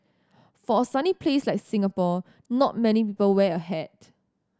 for a sunny place like Singapore not many people wear a hat